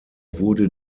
wurde